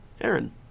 Aaron